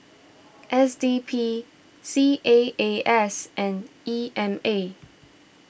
S D P C A A S and E M A